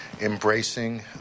embracing